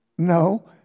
No